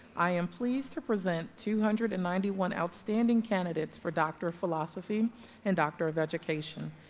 i am pleased to present two hundred and ninety one outstanding candidates for doctor of philosophy and doctor of education,